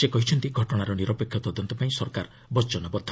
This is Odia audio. ସେ କହିଛନ୍ତି ଘଟଣାର ନିରପେକ୍ଷ ତଦନ୍ତପାଇଁ ସରକାର ବଚନବଦ୍ଧ